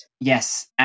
Yes